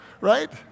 Right